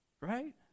Right